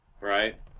right